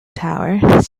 tower